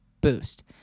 boost